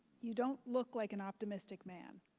you don't look like an optimistic man.